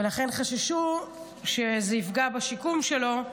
חששו שזה יפגע בשיקום שלו,